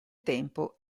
tempo